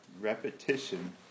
repetition